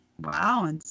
Wow